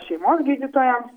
šeimos gydytojam